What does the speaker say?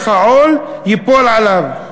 איך העול ייפול עליו.